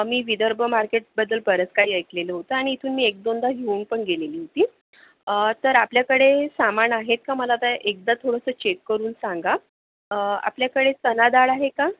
मी विदर्भ मार्केटबद्दल बरंच काही ऐकलेलं होतं आणि इथून मी एकदोनदा घेऊन पण गेलेली होती तर आपल्याकडे सामान आहे का मला आता एकदा थोडंसं चेक करून सांगा आपल्याकडे चना डाळ आहे का